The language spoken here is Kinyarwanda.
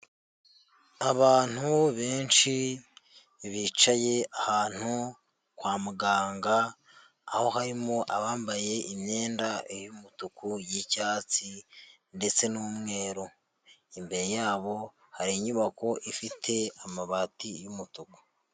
Abantu benshi bicaye ahantu kwa muganga aho harimo abambaye imyenda y'umutuku yi'icyatsi ndetse n'umweru imbere yabo hari inyubako ifite amabati y'umutuku.